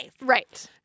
Right